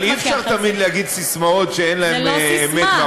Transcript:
אבל אי-אפשר תמיד להגיד ססמאות שאין בהן אמת,